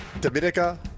Dominica